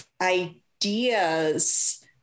ideas